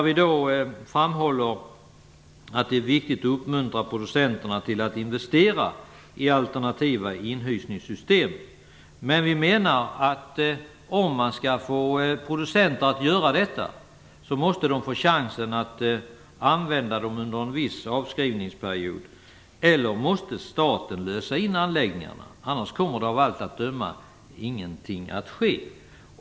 I den framhåller vi att det är viktigt att uppmuntra producenterna att investera i alternativa inhysningssystem. Vi menar dock att om man skall få producenterna att göra detta, måste de få chansen att använda det här under en viss avskrivningsperiod eller också måste staten lösa in anläggningarna. I annat fall kommer av allt att döma ingenting att ske.